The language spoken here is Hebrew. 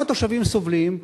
גם התושבים סובלים,